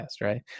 right